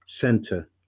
center